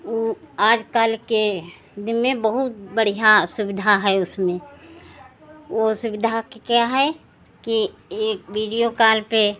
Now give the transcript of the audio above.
वह आज कल के दिन में बहुत बढ़िया सुविधा है उसमें वह सुविधा का क्या है कि यह विडियो कॉल पे